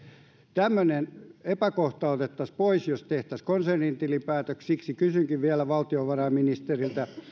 tämmöinen epäkohta otettaisiin pois jos tehtäisiin konsernin tilinpäätös siksi kysynkin vielä valtiovarainministeriltä